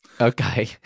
Okay